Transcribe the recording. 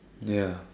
ya